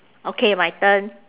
okay my turn